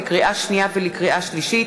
לקריאה שנייה ולקריאה שלישית,